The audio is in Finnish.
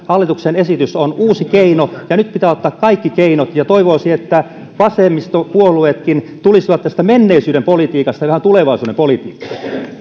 hallituksen esitys on uusi keino ja nyt pitää ottaa kaikki keinot ja toivoisin että vasemmistopuolueetkin tulisivat menneisyyden politiikasta tulevaisuuden politiikkaan